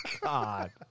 God